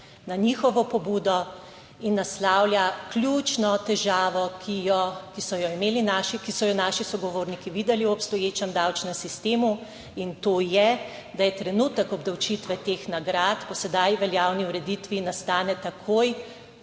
na njihovo pobudo in naslavlja ključno težavo, ki so jo imeli naši ozirom ki so jo naši sogovorniki videli v obstoječem davčnem sistemu, in to je, da trenutek obdavčitve teh nagrad po sedaj veljavni ureditvi nastane takoj,